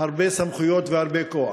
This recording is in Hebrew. הרבה סמכויות והרבה כוח.